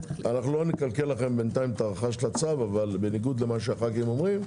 לא נקלקל לכם את הארכת הצו בניגוד למה שהח"כים אומרים.